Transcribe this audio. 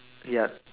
yet